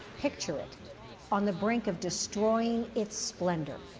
picture it on the brink of destroying its splendor.